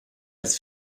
als